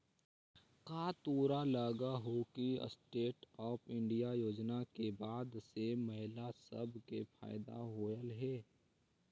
का तोरा लग हो कि स्टैन्ड अप इंडिया योजना के बाद से महिला सब के फयदा होलई हे?